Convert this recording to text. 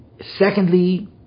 Secondly